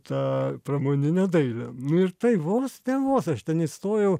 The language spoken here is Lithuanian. tą pramoninę dailę ir tai vos ne vos aš ten įstojau